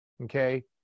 okay